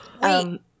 wait